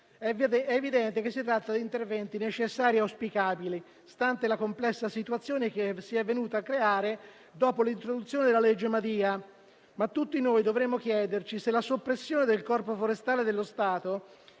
È evidente che si tratta di interventi necessari e auspicabili, stante la complessa situazione che si è venuta a creare dopo l'introduzione della legge Madia. Tutti noi dovremmo chiederci se la soppressione del Corpo forestale dello Stato,